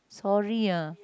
sorry ah